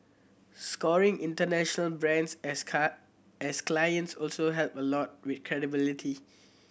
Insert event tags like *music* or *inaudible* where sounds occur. scoring international brands as *unintelligible* as clients also help a lot with credibility